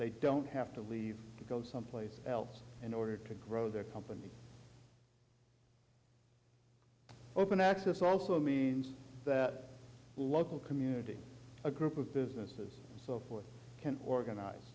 they don't have to leave to go someplace else in order to grow their company open access also means that local community a group of businesses and so forth can organize